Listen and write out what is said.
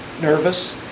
Nervous